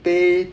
pay